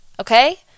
okay